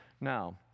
Now